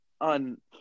on